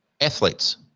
athletes